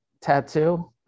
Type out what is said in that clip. tattoo